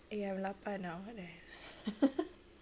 ya I'm lapar now what the hell